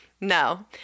No